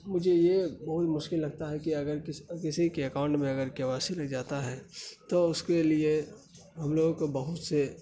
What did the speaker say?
مجھے یہ بہت مشکل لگتا ہے کہ اگر کسی کے اکاؤنٹ میں اگر کے وائی سی لگ جاتا ہے تو اس کے لیے ہم لوگوں کو بہت سے